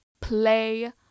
Play